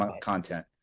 Content